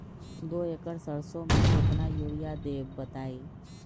दो एकड़ सरसो म केतना यूरिया देब बताई?